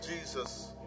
Jesus